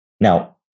Now